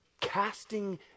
Casting